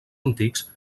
antics